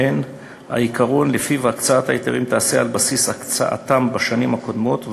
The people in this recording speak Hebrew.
ובהם העיקרון שלפיו הקצאת ההיתרים תיעשה על בסיס הקצאתם בשנים קודמות,